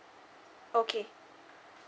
okay